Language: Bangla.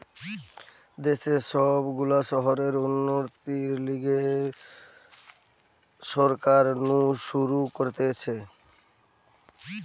দেশের সব গুলা শহরের উন্নতির লিগে সরকার নু শুরু করতিছে